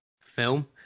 film